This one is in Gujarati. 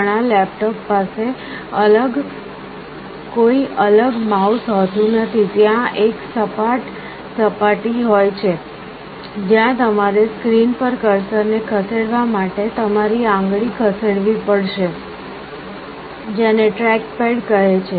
ઘણાં લેપટોપ પાસે કોઈ અલગ માઉસ હોતું નથી ત્યાં એક સપાટ સપાટી હોય છે જ્યાં તમારે સ્ક્રીન પર કર્સરને ખસેડવા માટે તમારી આંગળી ખસેડવી પડશે જેને ટ્રેકપેડ કહે છે